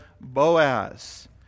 Boaz